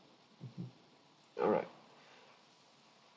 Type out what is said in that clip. mmhmm alright